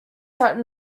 that